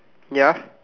ya